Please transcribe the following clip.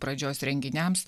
pradžios renginiams